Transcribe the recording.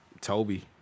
Toby